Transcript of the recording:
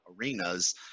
arenas